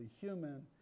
human